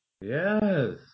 Yes